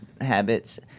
habits